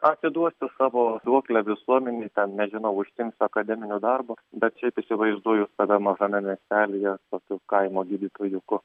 atiduosiu savo duoklę visuomenei ten nežinau užsiimsiu akademiniu darbu bet šiaip įsivaizduoju save mažame miestelyje tokiu kaimo gydytojuku